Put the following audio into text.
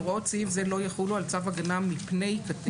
"הוראות סעיף זה לא יחולו על צו הגנה מפני קטין".